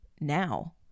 now